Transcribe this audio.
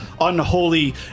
unholy